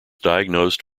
diagnosed